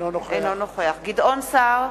אינו נוכח גדעון סער,